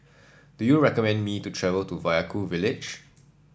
do you recommend me to travel to Vaiaku village